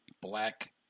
black